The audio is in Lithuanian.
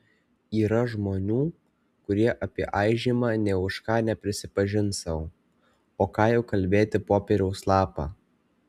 yra žmonių kurie apie aižymą nė už ką neprisipažins sau o ką jau kalbėti popieriaus lapą